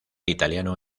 italiano